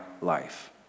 life